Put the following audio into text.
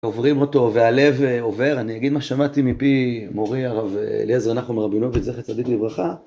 עוברים אותו והלב עובר, אני אגיד מה שמעתי מפי מורי הרב אליעזר נחום רבינוביץ, זכר צדיק לברכה.